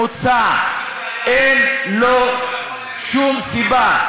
המוצע אין לו שום סיבה,